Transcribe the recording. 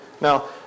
Now